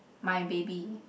my baby